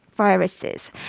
Viruses